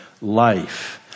life